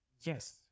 Yes